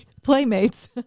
Playmates